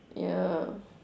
ya